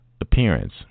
appearance